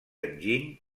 enginy